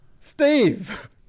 Steve